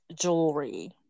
jewelry